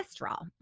cholesterol